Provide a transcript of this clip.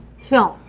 film